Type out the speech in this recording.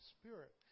Spirit